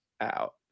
out